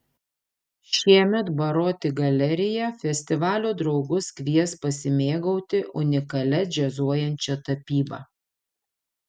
šiemet baroti galerija festivalio draugus kvies pasimėgauti unikalia džiazuojančia tapyba